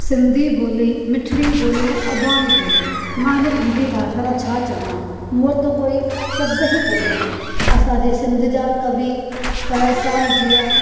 सिंधी बोली मिठिणी बोली अबाणी बोली माना सिंधी भाषा जा छा चवां वो थो कोई शब्द ई कोन्हनि असांजे सिंध जा कवि परसराम जिया